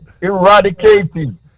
eradicating